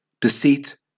Deceit